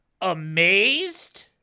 amazed